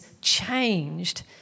changed